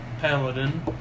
Paladin